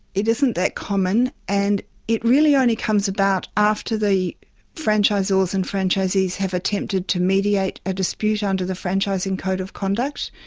it isn't that common, and it really only comes about after the franchisors and franchisees have attempted to mediate a dispute under the franchising code of conduct.